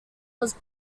was